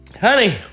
Honey